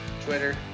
Twitter